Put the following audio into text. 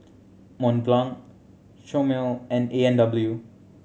Mont Blanc Chomel and A and W